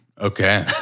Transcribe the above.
Okay